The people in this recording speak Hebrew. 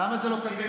למה זה לא קזינו?